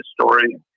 story